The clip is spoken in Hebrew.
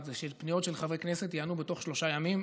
היא שפניות של חברי הכנסת ייענו בתוך שלושה ימים,